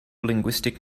linguistic